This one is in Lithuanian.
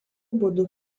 būdu